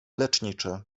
leczniczy